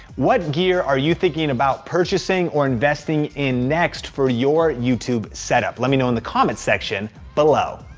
what gear are you thinking about purchasing or investing in next for your youtube set up. let me know in the comments section below.